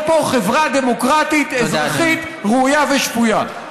פה חברה דמוקרטית אזרחית ראויה ושפויה.